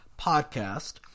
podcast